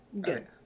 Good